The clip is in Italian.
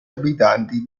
abitanti